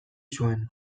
zuen